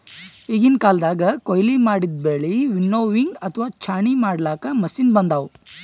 ಈಗಿನ್ ಕಾಲ್ದಗ್ ಕೊಯ್ಲಿ ಮಾಡಿದ್ದ್ ಬೆಳಿ ವಿನ್ನೋವಿಂಗ್ ಅಥವಾ ಛಾಣಿ ಮಾಡ್ಲಾಕ್ಕ್ ಮಷಿನ್ ಬಂದವ್